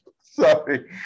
Sorry